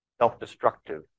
Self-destructive